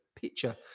picture